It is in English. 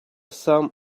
some